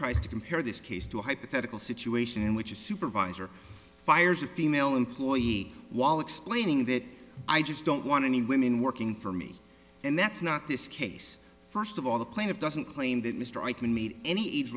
tries to compare this case to a hypothetical situation in which a supervisor fires a female employee while explaining that i just don't want any women working for me and that's not this case first of all the plaintiff doesn't claim that mr i can meet any age